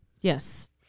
Yes